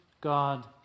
God